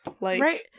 Right